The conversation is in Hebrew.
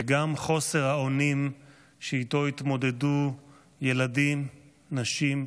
וגם חוסר האונים שאיתו התמודדו ילדים, נשים,